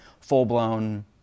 full-blown